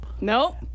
Nope